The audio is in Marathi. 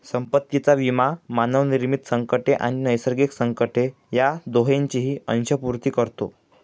संपत्तीचा विमा मानवनिर्मित संकटे आणि नैसर्गिक संकटे या दोहोंची अंशपूर्ती करतो